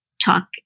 talk